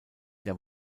der